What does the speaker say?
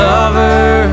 Lover